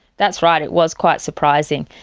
that's right, it was quite surprising,